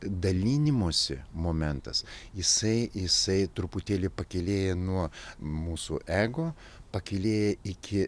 dalinimosi momentas jisai jisai truputėlį pakylėja nuo mūsų ego pakylėja iki